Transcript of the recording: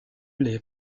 les